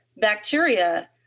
bacteria